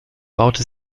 baute